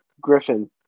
Griffin